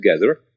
together